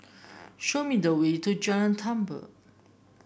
show me the way to Jalan Tambur